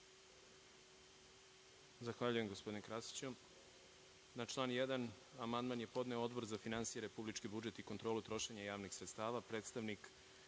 Zahvaljujem, gospodine Krasiću. Na član 1. amandman je podneo Odbor za finansije, republički budžet i kontrolu trošenja javnih sredstava. Predstavnik